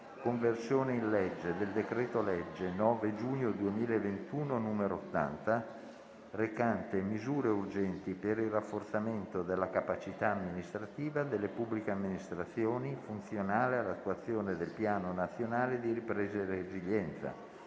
«Conversione in legge del decreto-legge 9 giugno 2021, n. 80, recante misure urgenti per il rafforzamento della capacità amministrativa delle pubbliche amministrazioni funzionale all'attuazione del Piano nazione di ripresa e resilienza